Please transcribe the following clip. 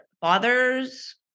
fathers